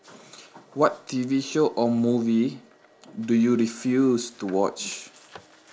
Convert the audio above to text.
what T_V show or movie do you refuse to watch